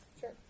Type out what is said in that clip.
Sure